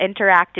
interactive